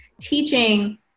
teaching